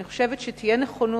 אני חושבת שתהיה נכונות